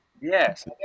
Yes